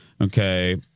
Okay